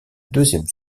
deuxième